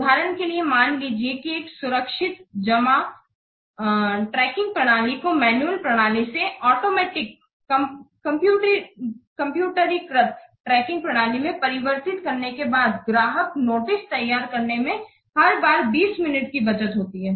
उदाहरण के लिए मान लीजिए कि एक सुरक्षित जमा ट्रैकिंग प्रणाली को मैन्युअल प्रणाली से आटोमेटिक कम्प्यूटरीकृत ट्रैकिंग प्रणाली में परिवर्तित करने के बाद ग्राहक नोटिस तैयार करने में हर बार 20 मिनट की बचत होती है